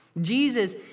Jesus